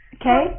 Okay